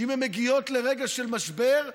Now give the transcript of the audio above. שאם הן מגיעות לרגע של משבר,